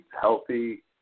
healthy